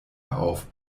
auf